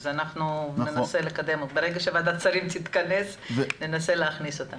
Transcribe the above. אז ברגע שוועדת השרים תתכנס ננסה להכניס את ההצעה.